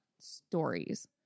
stories